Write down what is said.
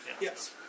yes